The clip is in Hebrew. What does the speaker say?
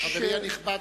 חברי הנכבד,